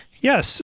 Yes